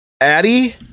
addy